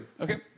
Okay